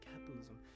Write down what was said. capitalism